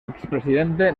expresidente